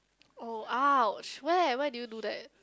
oh ouch where where did you do that